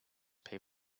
pay